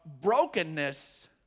brokenness